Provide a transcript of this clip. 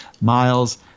miles